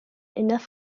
enough